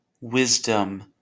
wisdom